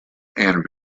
and